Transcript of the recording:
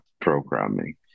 programming